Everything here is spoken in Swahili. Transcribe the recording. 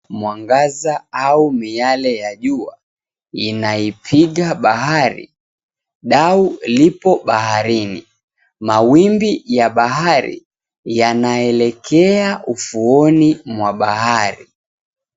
Mwangaza au miale ya jua inaipiga bahari. Dau lipo baharini, mawimbi ya bahari yanaelekea ufuoni mwa bahari.